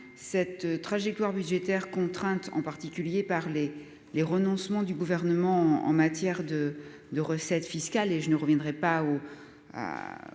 cette trajectoire budgétaire contrainte en particulier par les les renoncements du gouvernement en matière de de recettes fiscales et je ne reviendrai pas ou